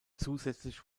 zusätzlich